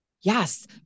Yes